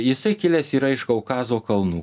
jisai kilęs yra iš kaukazo kalnų